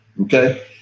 Okay